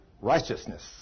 righteousness